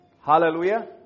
Hallelujah